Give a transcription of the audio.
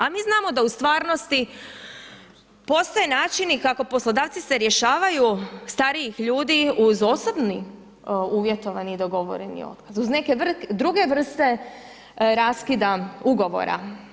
A mi znamo da u stvarnosti postoje načini kako poslodavci se rješavaju starijih ljudi uz osobni uvjetovani i dogovoreni otkaz uz neke druge vrste raskida ugovora.